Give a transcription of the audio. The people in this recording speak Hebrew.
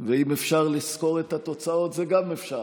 ואם אפשר לסקור את התוצאות, זה גם אפשר.